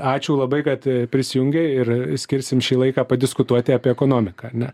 ačiū labai kad e prisijungei ir skirsim šį laiką padiskutuoti apie ekonomiką ane